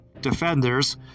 defenders